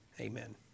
amen